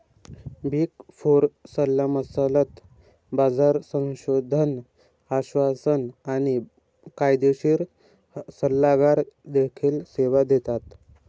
big four सल्लामसलत, बाजार संशोधन, आश्वासन आणि कायदेशीर सल्लागार देखील सेवा देतात